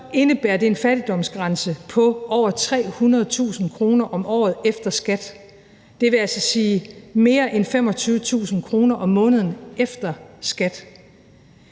børn over 15 år en fattigdomsgrænse på over 300.000 kr. om året efter skat, hvilket altså vil sige mere end 25.000 kr. om måneden efter skat.